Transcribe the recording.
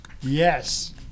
Yes